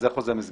זה חוזה מסגרת.